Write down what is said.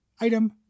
item